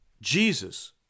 Jesus